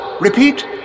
Repeat